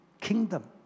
kingdom